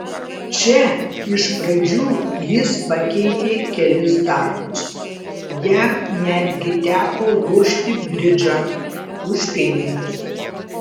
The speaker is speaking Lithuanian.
čia iš pradžių jis pakeitė kelis darbus jam netgi teko lošti bridžą už pinigus